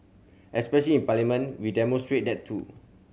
especial in Parliament we demonstrate that too